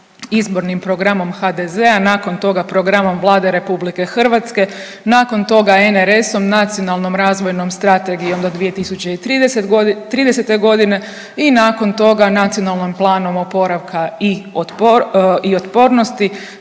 izbornim programom HDZ-a, nakon toga programom Vlade RH, nakon toga NRS-om, Nacionalnom razvojnom strategijom do 2030. g. i nakon toga, Nacionalnim planom oporavka i otpornosti